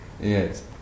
Yes